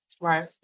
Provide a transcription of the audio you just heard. Right